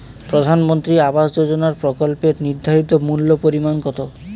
প্রধানমন্ত্রী আবাস যোজনার প্রকল্পের নির্ধারিত মূল্যে পরিমাণ কত?